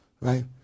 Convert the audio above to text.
right